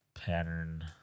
pattern